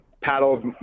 paddled